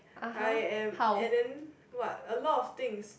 I am and then what a lot of things